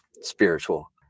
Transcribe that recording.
spiritual